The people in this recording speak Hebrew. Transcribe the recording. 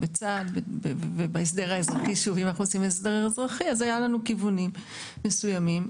בהסדר האזרחי היו לנו כיוונים מסוימים.